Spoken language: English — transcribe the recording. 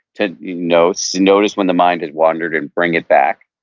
to you know so notice when the mind has wandered, and bring it back.